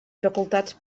facultats